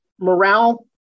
morale